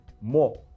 more